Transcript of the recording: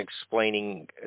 explaining